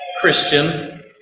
Christian